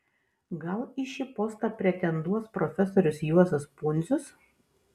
gal į šį postą pretenduos profesorius juozas pundzius